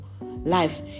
life